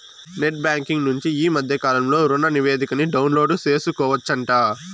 net banking నుంచి ఈ మద్దె కాలంలో రుణనివేదికని డౌన్లోడు సేసుకోవచ్చంట